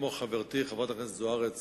כמו חברתי חברת הכנסת זוארץ,